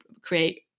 create